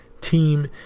team